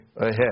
ahead